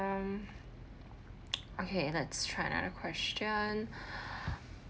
um okay let's try another question